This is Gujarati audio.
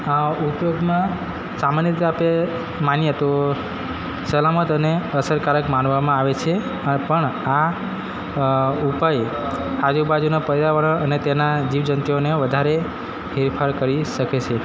આ ઉપયોગમાં સામાન્ય રીતે આપણે માનીએ તો સલામત અને અસરકારક માનવામાં આવે છે અને પણ આ ઉપાય આજુબાજુના પર્યાવરણ અને તેના જીવજંતુઓને વધારે ફેરફાર કરી શકે છે